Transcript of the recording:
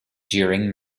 during